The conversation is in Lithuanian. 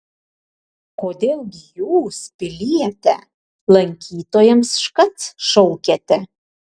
kodėl gi jūs piliete lankytojams škac šaukiate